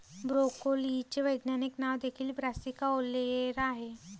ब्रोकोलीचे वैज्ञानिक नाव देखील ब्रासिका ओलेरा आहे